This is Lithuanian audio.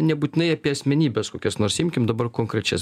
nebūtinai apie asmenybes kokias nors imkim dabar konkrečias